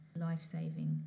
life-saving